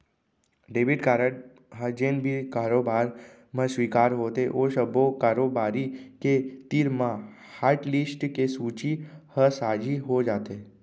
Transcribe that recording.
debit card ह जेन भी कारोबार म स्वीकार होथे ओ सब्बो कारोबारी के तीर म हाटलिस्ट के सूची ह साझी हो जाथे